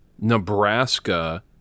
Nebraska